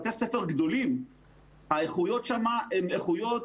האיכויות בבתי הספר הגדולים הן איכויות